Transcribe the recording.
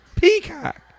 Peacock